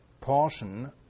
portion